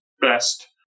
best